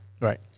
Right